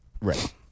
Right